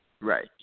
Right